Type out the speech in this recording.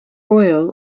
oil